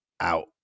out